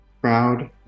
Proud